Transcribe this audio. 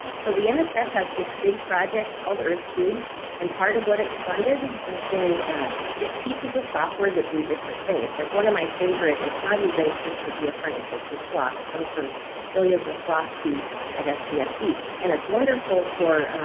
so the and so nsf has this big project called earthcube and part of what it's funded has been pieces of software that do different things like one of my favorite, it's not even just for geoscientists, a swab it comes from ilias ah slavaski at sdsc and it's wonderful for